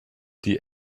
die